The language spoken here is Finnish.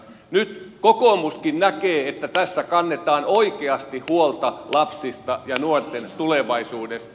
nyt kokoomuskin näkee että tässä kannetaan oikeasti huolta lapsista ja nuorten tulevaisuudesta